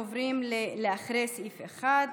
עוברים לאחרי סעיף 1,